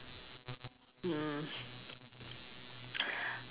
mm